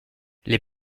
les